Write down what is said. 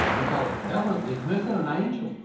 because heaven is missing an angel.